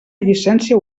llicència